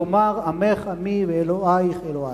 לומר: עמך עמי ואלוהייך אלוהי.